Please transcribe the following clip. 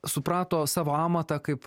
suprato savo amatą kaip